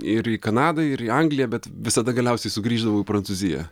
ir į kanadą ir į angliją bet visada galiausiai sugrįždavau į prancūziją